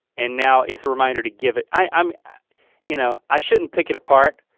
and now it's a reminder to give it. i um you know i shouldn't pick it apart.